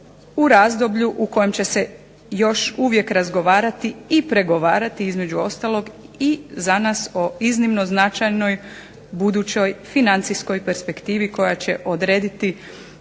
u razdoblju u kojem će se još uvijek razgovarati i pregovarati između ostalog i za nas o iznimno značajnoj budućoj financijskoj perspektivi koja će odrediti